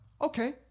Okay